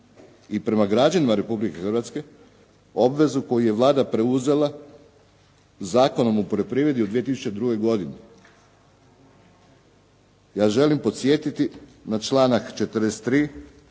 i prema građanima Republike Hrvatske obvezu koju je Vlada preuzela Zakonom u poljoprivredi u 2002. godini. Ja želim podsjetiti na članak 43.